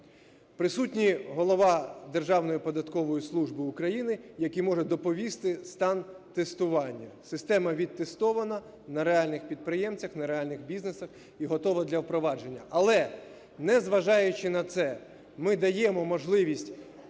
Присутній голова Державної податкової служби України, який може доповісти стан тестування. Система відтестована на реальних підприємцях, на реальних бізнесах і готова до впровадження. Але, незважаючи на це, ми даємо можливість